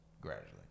Gradually